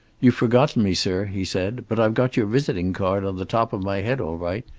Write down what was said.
you've forgotten me, sir, he said. but i've got your visiting card on the top of my head all right.